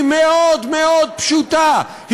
היא מאוד מאוד פשוטה,